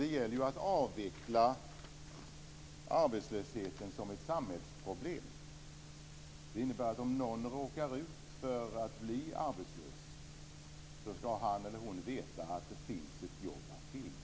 Det gäller ju att avveckla arbetslösheten som ett samhällsproblem. Det innebär att om någon råkar bli arbetslös så skall han eller hon veta att det finns ett jobb att tillgå.